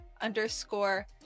underscore